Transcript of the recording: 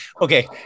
okay